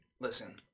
Listen